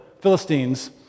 Philistines